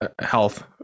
health